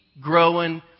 growing